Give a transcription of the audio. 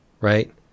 right